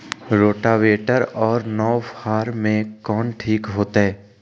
Rotavator और नौ फ़ार में कौन ठीक होतै?